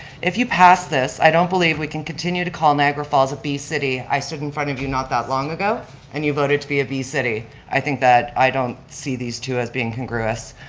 if you pass this, i don't believe we can continue to call niagara falls a bee city. i stood in front of you not that long ago and you voted to be a bee city. i think that i don't see these two as being congruous,